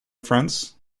friends